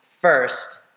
first